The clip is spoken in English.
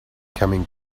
coming